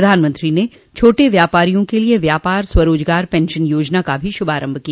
प्रधानमंत्री ने छोटे व्यापारियों के लिए व्यापार स्वरोजगार पेंशन योजना का भी शुभारम्भ किया